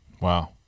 Wow